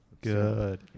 Good